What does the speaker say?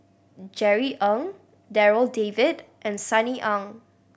Jerry Ng Darryl David and Sunny Ang